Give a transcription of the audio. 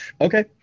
Okay